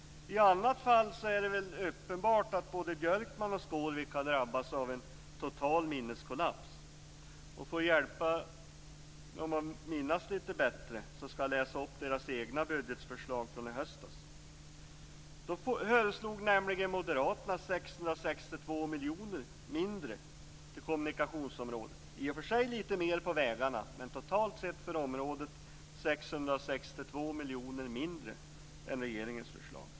I alla fall är det väl uppenbart att både Björkman och Skårvik har drabbats av total minneskollaps. För att hjälpa dem att minnas lite bättre skall jag redogöra för deras egna budgetförslag från i höstas. Då föreslog nämligen Moderaterna 662 miljoner kronor mindre till kommunikationsområdet, i och för sig lite mer på vägarna men totalt sett för området 662 miljoner kronor mindre, jämfört med regeringens förslag.